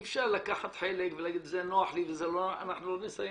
אי אפשר לקחת חלק ולהגיד זה נוח לי וזה לא נוח לי,